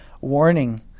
warning